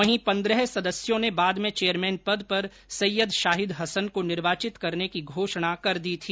वहीं पंद्रह सदस्यों ने बाद में चेयरमैन पद पर सैयद शाहिद हसन को निर्वाचित करने की घोषणा कर दी थी